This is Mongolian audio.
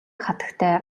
хатагтай